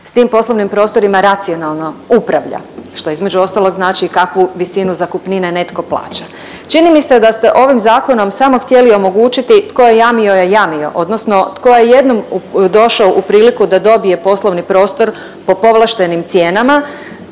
s tim poslovnim prostorima racionalno upravlja, što između ostalog znači kakvu visinu zakupnine netko plaća. Čini mi se da ste ovim zakonom samo htjeli omogućiti tko je jamio je jamio odnosno tko je jednom došao u priliku da dobije poslovni prostor po povlaštenim cijenama,